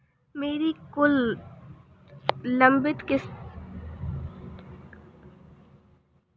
मेरी कुल लंबित किश्तों कितनी हैं?